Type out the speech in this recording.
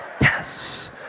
Yes